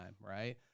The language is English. right